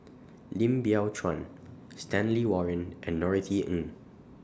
Lim Biow Chuan Stanley Warren and Norothy Ng